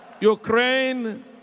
Ukraine